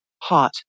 Hot